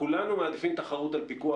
שלא יהיה ספק, כולנו מעדיפים תחרות על פיקוח.